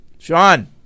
Sean